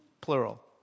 plural